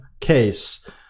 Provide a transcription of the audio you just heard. case